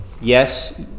Yes